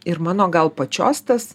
ir mano gal pačios tas